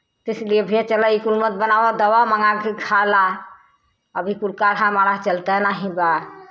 तो इसलिए भैया चला ई कुल मत बनावा दवा मँगा के खा ला अब ई कुल काढ़ा माढ़ा चलतै नाही बा